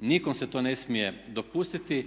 Nikom se to ne smije dopustiti